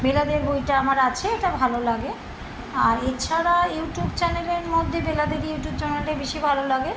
বেলা দের বইটা আমার আছে এটা ভালো লাগে আর এছাড়া ইউটিউব চ্যানেলের মধ্যে বেলা দের ইউটিউব চ্যানেলটা বেশি ভালো লাগে